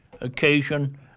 occasion